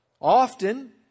Often